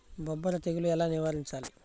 బొబ్బర తెగులు ఎలా నివారించాలి?